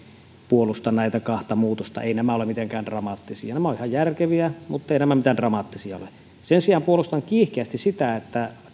puolusta näitä kahta muutosta eivät nämä ole mitenkään dramaattisia nämä ovat ihan järkeviä mutta eivät nämä mitään dramaattisia ole sen sijaan puolustan kiihkeästi sitä että